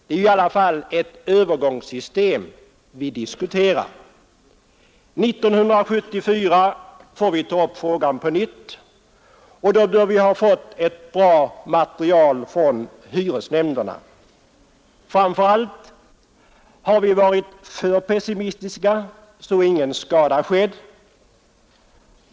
Det är i alla fall ett övergångssystem vi diskuterar. 1974 får vi ta upp frågan på nytt, och då bör vi ha fått ett bra material från hyresnämnderna. Framför allt: Har vi varit för pessimistiska, är ingen skada skedd.